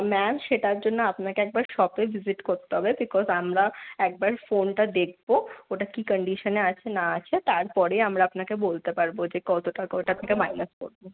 ma'am সেটার জন্য আপনাকে একবার শপে ভিজিট করতে হবে বিকজ আমরা একবার ফোনটা দেখব ওটা কী কন্ডিশনে আছে না আছে তারপরেই আমরা আপনাকে বলতে পারব কত টাকা ওটা থেকে মাইনাস হবে